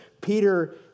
Peter